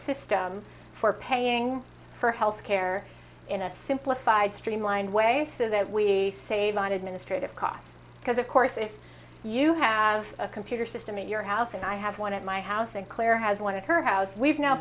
system for paying for health care in a simplified streamlined way so that we save on administrative costs because of course if you have a computer system in your house and i have one at my house and claire has one of her house we've now